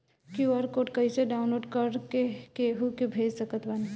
QR code कइसे download कर के केहु के भेज सकत बानी?